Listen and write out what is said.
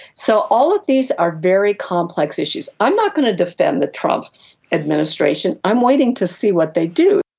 so all of these are very complex issues. i'm not going to defend the trump administration. i'm waiting to see what they do.